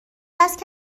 است